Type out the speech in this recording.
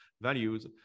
values